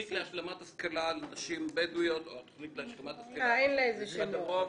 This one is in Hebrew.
התוכנית להשלמת השכלה לנשים בדואיות או התוכנית להשלמת השכלה של הדרום.